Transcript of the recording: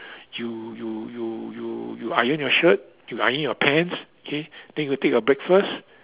you you you you you iron your shirt you iron your pants okay then you go take your breakfast